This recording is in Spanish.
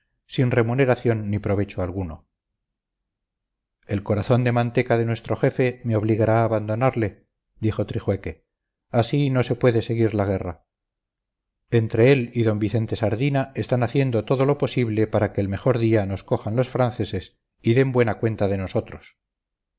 sin remuneración ni provecho alguno el corazón de manteca de nuestro jefe me obligará a abandonarle dijo trijueque así no se puede seguir la guerra entre él y d vicente sardina están haciendo todo lo posible para que el mejor día nos cojan los franceses y den buena cuenta de nosotros